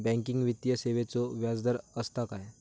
Banking वित्तीय सेवाचो व्याजदर असता काय?